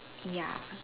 ya